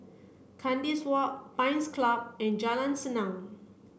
Kandis Walk Pines Club and Jalan Senang